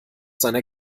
seiner